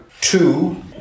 two